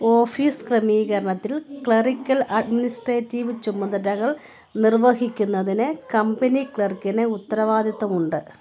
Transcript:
office ക്രമീകരണത്തിൽ clerical administrative ചുമതലകൾ നിർവ്വഹിക്കുന്നതിന് കമ്പനി ക്ലർക്കിന് ഉത്തരവാദിത്ത്വമുണ്ട്